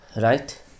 Right